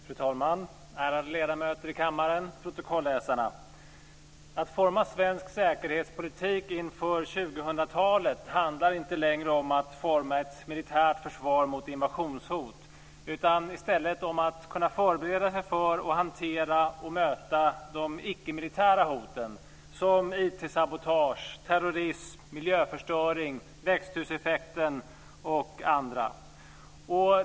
Fru talman! Ärade ledamöter i kammaren! Protokollsläsarna! Att forma svensk säkerhetspolitik inför 2000-talet handlar inte längre om att forma ett militärt försvar mot invasionshot utan i stället om att kunna förbereda sig för, hantera och möta de icke-militära hoten, som IT-sabotage, terrorism, miljöförstöring, växthuseffekten och annat.